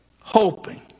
Hoping